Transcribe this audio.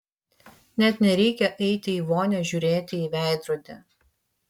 net nereikia eiti į vonią žiūrėti į veidrodį